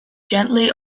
gently